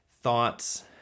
thoughts